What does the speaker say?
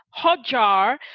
Hotjar